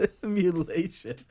simulation